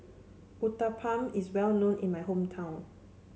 Uthapam is well known in my hometown